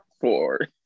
Four